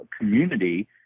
community